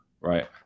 right